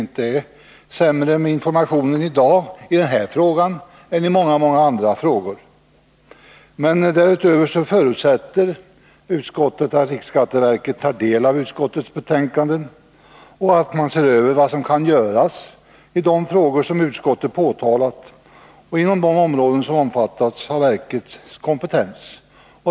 Det gör vi därför att informationen i dag troligen inte är sämre i den här frågan än i många andra frågor. Därutöver förutsätter utskottet att riksskatteverket tar del av utskottets betänkanden och att man ser över vad som kan göras i de frågor som utskottet har tagit upp inom de områden som omfattas av verkets kompetens.